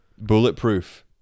Bulletproof